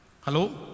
Hello